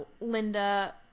Linda